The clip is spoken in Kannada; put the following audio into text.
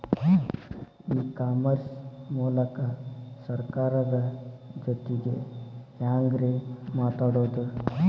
ಇ ಕಾಮರ್ಸ್ ಮೂಲಕ ಸರ್ಕಾರದ ಜೊತಿಗೆ ಹ್ಯಾಂಗ್ ರೇ ಮಾತಾಡೋದು?